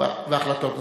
והיו החלטות נוספות.